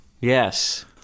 Yes